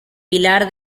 pilar